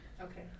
Okay